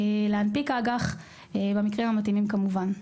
להנפיק אג"ח במקרים המתאימים כמובן.